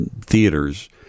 theaters